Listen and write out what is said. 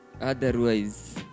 Otherwise